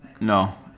No